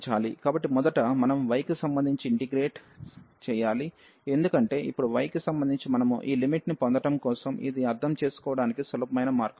కాబట్టి మొదట మనం yకి సంబంధించి ఇంటిగ్రల్ చేయాలి ఎందుకంటే ఇప్పుడు yకి సంబంధించి మనము ఈ లిమిట్ ని పొందడం కోసం ఇది అర్థం చేసుకోవడానికి సులభమైన మార్గం